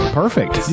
perfect